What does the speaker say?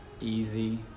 easy